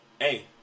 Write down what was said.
hey